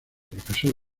profesor